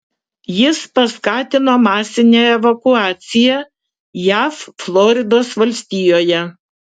jis paskatino masinę evakuaciją jav floridos valstijoje